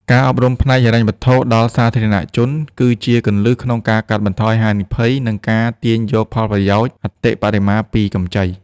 ការអប់រំផ្នែកហិរញ្ញវត្ថុដល់សាធារណជន គឺជាគន្លឹះក្នុងការកាត់បន្ថយហានិភ័យ និងការទាញយកផលប្រយោជន៍អតិបរមាពីកម្ចី។